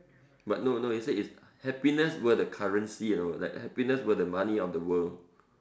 but no no it say if happiness were the currency you know like happiness were the money of the world